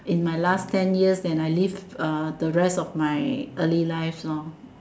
in my last ten years than I live uh the rest of my early life lor